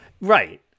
right